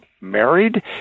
married